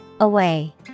Away